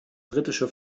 britische